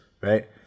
Right